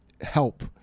help